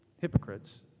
hypocrites